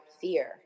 fear